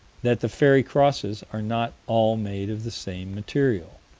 that the fairy crosses are not all made of the same material.